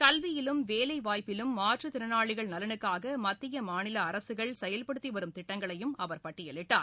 கல்வியிலும் வேலை வாய்ப்பிலும் மாற்றுத்திறனாளிகள் நலனுக்காக மத்திய மாநில அரசுகள் செயல்படுத்தி வரும் திட்டங்களையும் அவர் பட்டியலிட்டார்